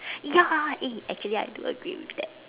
ya eh actually I do agree with that